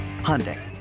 Hyundai